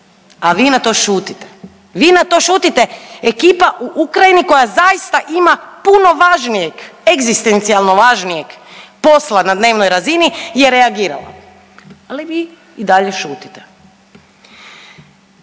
a vi na to šutite. Vi na to šutite, ekipa u Ukrajini koja zaista ima puno važnijeg, egzistencijalno važnijeg posla na dnevnoj razini je reagirala ali vi i dalje šutite.